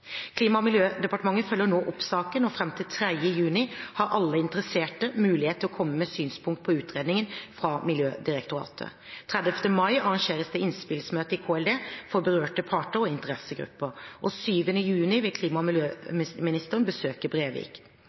Klima- og miljødepartementet følger nå opp saken, og fram til 3. juni har alle interesserte mulighet til å komme med synspunkter på utredningen fra Miljødirektoratet. Den 30. mai arrangeres det innspillsmøte i KLD for berørte parter og interessegrupper, og 7. juni vil klima- og miljøministeren besøke Brevik.